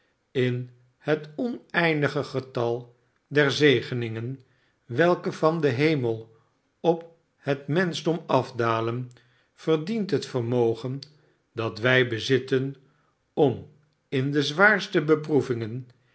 in het oneindige getal der zegeningen welke van den hemel op het menschdom afdalen verdient het vermogen dat wij bezitten om in de zwaarste beproevingen